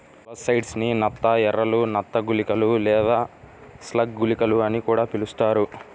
molluscicides ని నత్త ఎరలు, నత్త గుళికలు లేదా స్లగ్ గుళికలు అని కూడా పిలుస్తారు